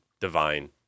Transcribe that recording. divine